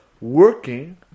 working